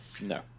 no